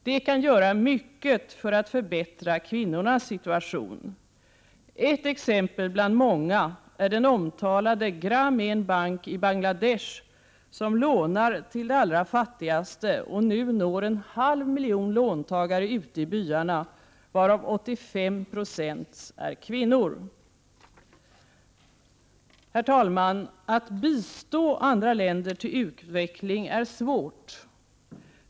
De kan göra mycket för att förbättra kvinnornas situation. Ett exempel bland många är den omtalade Grameen Bank i Bangladesh, som lånar till de allra fattigaste och nu når en halv miljon låntagare ute i byarna, varav 85 90 är kvinnor. Herr talman! Att bistå andra länder till utveckling är svårt.